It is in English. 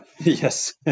Yes